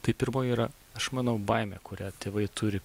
tai pirmoji yra aš manau baimė kurią tėvai turi